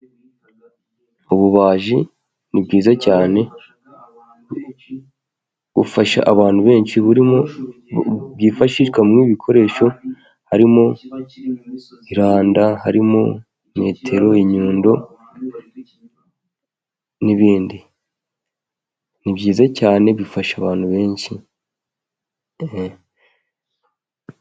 Ububaji ni bwiza cyane bufasha abantu benshi, buri mu bwifashishwa mu ibi bikoresho harimo iranda, harimo metero, inyundo n'ibindi, ni byiza cyane bifasha abantu benshi.